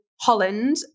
Holland